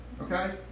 Okay